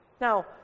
Now